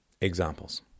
Examples